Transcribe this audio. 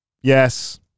yes